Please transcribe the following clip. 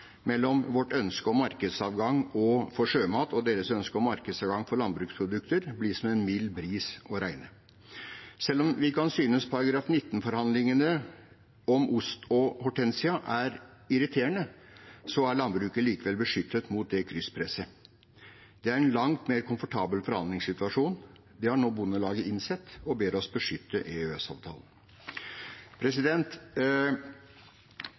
mellom vårt ønske om markedsadgang for sjømat og deres ønske om markedsadgang for landbruksprodukter, bli som en mild bris å regne. Selv om vi kan synes artikkel 19-forhandlingene om ost og hortensia er irriterende, er landbruket likevel beskyttet mot det krysspresset. Det er en langt mer komfortabel forhandlingssituasjon. Det har nå Bondelaget innsett, og de ber oss beskytte